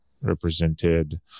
represented